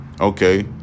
okay